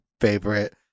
favorite